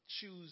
choose